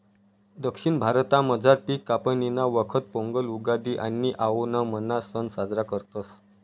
दक्षिण भारतामझार पिक कापणीना वखत पोंगल, उगादि आणि आओणमना सण साजरा करतस